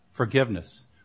forgiveness